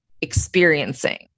experiencing